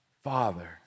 Father